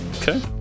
Okay